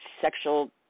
sexual –